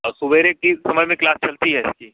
अब सवेरे के समय में क्लास चलती है इसकी